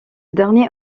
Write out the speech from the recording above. dernier